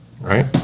Right